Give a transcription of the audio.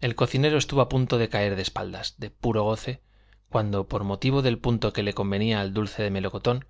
el cocinero estuvo a punto de caer de espaldas de puro goce cuando por motivo del punto que le convenía al dulce de melocotón